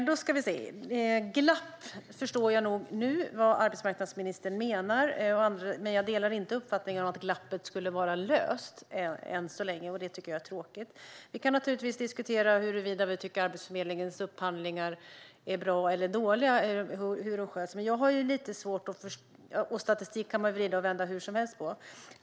Fru talman! Jag förstår nog nu vad arbetsmarknadsministern menar, men jag delar inte uppfattningen att glappet numera skulle vara åtgärdat. Jag tycker att det är tråkigt att det inte är så. Vi kan naturligtvis diskutera Arbetsförmedlingen upphandlingar och huruvida vi tycker att sättet de sköts på är bra eller dåligt. Statistik kan man vrida och vända hur som helst på.